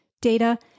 data